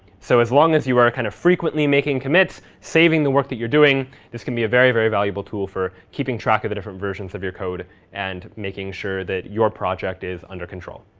so as long as you are kind of frequently making commits, saving the work that you're doing, this can be a very, very valuable tool for keeping track of the different versions of your code and making sure that your project is under control.